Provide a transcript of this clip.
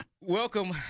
Welcome